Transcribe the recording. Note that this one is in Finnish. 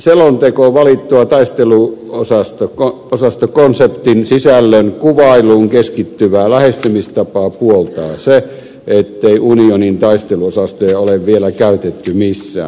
selontekoon valittua taisteluosastokonseptin sisällön kuvailuun keskittyvää lähestymistapaa puoltaa se ettei unionin taisteluosastoja ole vielä käytetty missään